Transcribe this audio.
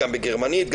גרמנית,